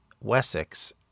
Wessex